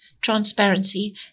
transparency